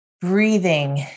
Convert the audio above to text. breathing